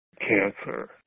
cancer